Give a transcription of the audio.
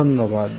ধন্যবাদ